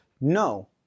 No